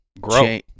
grow